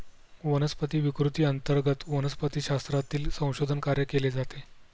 वनस्पती विकृती अंतर्गत वनस्पतिशास्त्रातील संशोधन कार्य केले जाते